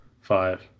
five